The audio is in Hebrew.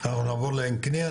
אנחנו נעבור לעין קנייא,